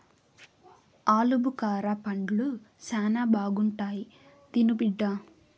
ఆలుబుకారా పండ్లు శానా బాగుంటాయి తిను బిడ్డ